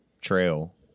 Trail